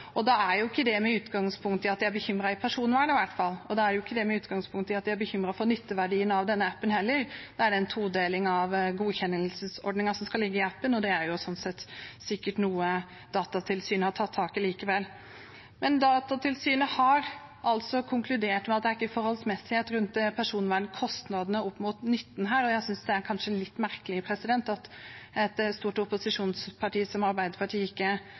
med utgangspunkt i at de er bekymret for personvernet i hvert fall, eller med utgangspunkt i at de er bekymret for nytteverdien av denne appen. Da er det en todeling av godkjennelsesordningen som skal ligge i appen, og det er sikkert noe Datatilsynet har tatt tak i likevel. Men Datatilsynet har konkludert med at det er ikke forholdsmessighet rundt personvernkostnadene målt mot nytten her. Jeg synes det er litt merkelig at et stort opposisjonsparti som Arbeiderpartiet